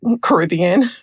Caribbean